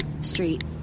Street